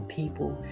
people